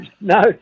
no